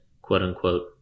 quote-unquote